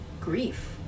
grief